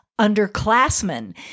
underclassmen